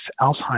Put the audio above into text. alzheimer's